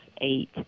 eight